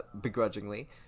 begrudgingly